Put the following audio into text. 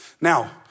Now